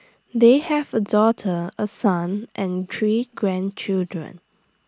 they have A daughter A son and three grandchildren